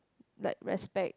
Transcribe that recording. like respect